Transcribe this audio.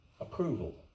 approval